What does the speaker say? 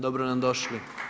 Dobro nam došli.